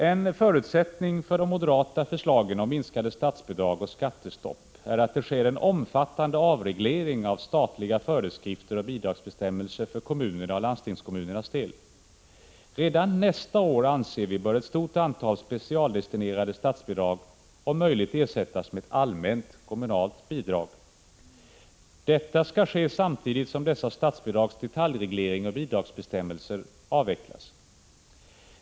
En förutsättning för de moderata förslagen om minskade statsbidrag och om skattestopp är att det sker en omfattande avreglering av statliga föreskrifter och bidragsbestämmelser för kommunernas och landstingskommunernas del. Redan nästa år, anser vi, bör ett så stort antal specialdestinerade statsbidrag som möjligt ersättas med ett allmänt kommunalt bidrag. Detta skall ske samtidigt som de här statsbidragens detaljregleringar och bidragsbestämmelser avvecklas.